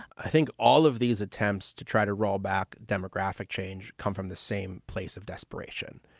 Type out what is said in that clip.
i think all of these attempts to try to roll back demographic change come from the same place of desperation,